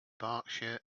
berkshire